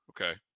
okay